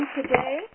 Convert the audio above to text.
today